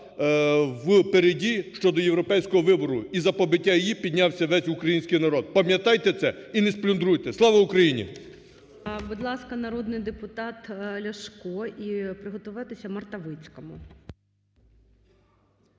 впереді щодо європейського вибору, і за побиття її піднявся весь український народ. Пам'ятайте це і не сплюндруйте. Слава Україні! ГОЛОВУЮЧИЙ. Будь ласка, народний депутат Ляшко. І приготуватися Мартовицькому.